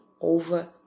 over